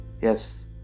yes